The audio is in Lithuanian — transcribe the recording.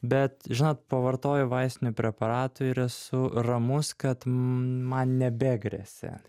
bet žinot pavartoju vaistinių preparatų ir esu ramus kad man nebegresia